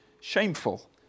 shameful